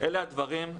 אלה הדברים.